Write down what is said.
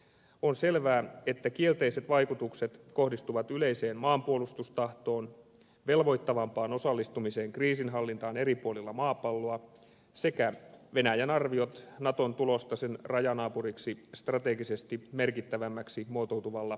on selvää että kielteiset vaikutukset kohdistuvat yleiseen maanpuolustustahtoon velvoittavampaan osallistumiseen kriisinhallintaan eri puolilla maapalloa sekä venäjän arvioihin naton tulosta sen rajanaapuriksi strategisesti merkittävämmäksi muotoutuvalla kulmalla